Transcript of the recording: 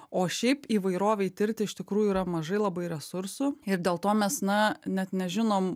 o šiaip įvairovei tirti iš tikrųjų yra mažai labai resursų ir dėl to mes na net nežinom